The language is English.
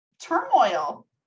turmoil